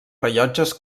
rellotges